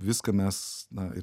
viską mes na ir